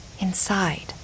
inside